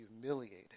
humiliated